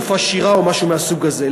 מופע שירה או משהו מהסוג הזה.